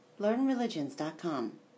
learnreligions.com